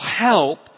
help